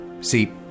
See